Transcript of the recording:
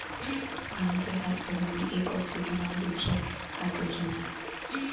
पानी के हर अणु में एक ऑक्सीजन आउर दूसर हाईड्रोजन होला